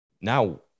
now